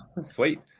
Sweet